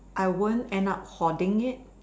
I won't end up hoarding it